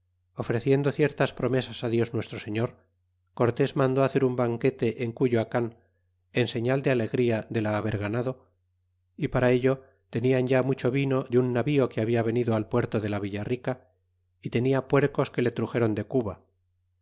ofreciendo ciertas promesas á dios nuestro señor cortés mandó hacer un banquete en cuyoacoan en señal de alegría de la haber ganado y para ello tenian ya mucho vino de un navío queliabia venido al puerto de la villa rica y tenia puercos que le tritxéron de cuba